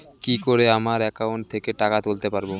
কি করে আমার একাউন্ট থেকে টাকা তুলতে পারব?